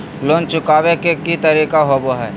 Loan चुकाबे के की तरीका होबो हइ?